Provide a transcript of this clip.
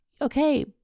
okay